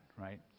right